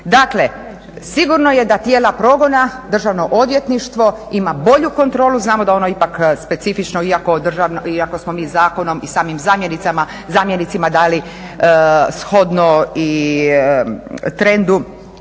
Dakle, sigurno je da tijela progona Državno odvjetništvo ima bolju kontrolu, znamo da je ono ipak specifično iako smo mi zakonom i samim zamjenicima dali shodno i trendu,